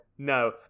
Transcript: No